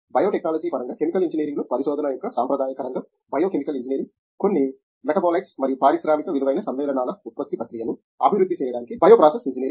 biotechnology పరంగా chemical ఇంజనీరింగ్లో పరిశోధన యొక్క సాంప్రదాయిక రంగం బయో కెమికల్ ఇంజనీరింగ్ కొన్ని మెటాబోలైట్స్ మరియు పారిశ్రామిక విలువైన సమ్మేళనాల ఉత్పత్తి ప్రక్రియను అభివృద్ధి చేయడానికి బయో ప్రాసెస్ ఇంజనీరింగ్